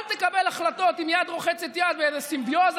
אל תקבל החלטות עם יד רוחצת יד, באיזה סימביוזה,